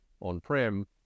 on-prem